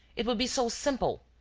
it would be so simple!